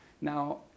Now